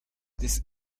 this